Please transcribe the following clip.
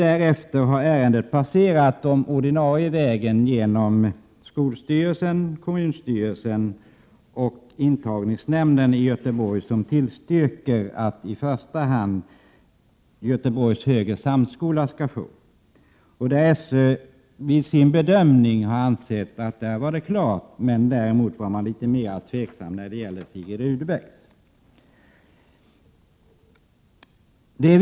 Ärendet har sedan passerat den ordinarie vägen genom skolstyrelsen, kommunstyrelsen och intagningsnämnden i Göteborg, som tillstyrker att i första hand Göteborgs högre samskola skall få fortsatt statsbidrag. Vid bedömningen var man däremot mera tveksam när det gäller Sigrid Rudebecks gymnasium.